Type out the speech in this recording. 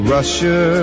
Russia